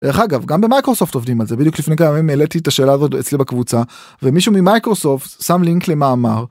דרך אגב גם במייקרוספט עובדים על זה. בדיוק לפני כמה ימים העליתי את השאלה הזאת אצלי בקבוצה ומישהו ממיקרוסופט שם לינק למאמר.